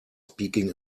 speaking